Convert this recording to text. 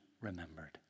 remembered